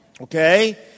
Okay